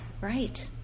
Right